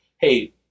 hey